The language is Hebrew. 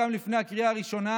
גם לפני הקריאה הראשונה,